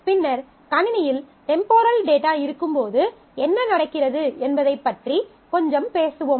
பின்னர் கணினியில் temporal data இருக்கும்போது என்ன நடக்கிறது என்பதைப் பற்றி கொஞ்சம் பேசுவோம்